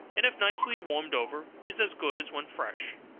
and if nicely warmed over, is as good as when fresh.